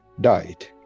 died